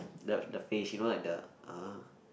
the the face you know like the uh